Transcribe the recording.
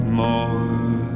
more